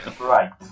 Right